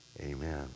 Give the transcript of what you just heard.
Amen